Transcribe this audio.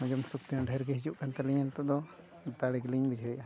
ᱦᱚᱡᱚᱢ ᱥᱚᱠᱛᱤᱦᱚᱸ ᱰᱷᱮᱨᱜᱮ ᱦᱤᱡᱩᱜ ᱠᱟᱱ ᱛᱟᱞᱤᱧᱟ ᱱᱤᱛᱳᱜ ᱫᱚ ᱫᱟᱲᱮ ᱜᱮᱞᱤᱧ ᱵᱩᱡᱷᱟᱹᱣᱮᱫᱼᱟ